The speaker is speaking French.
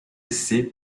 essais